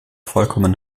vollkommen